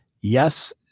Yes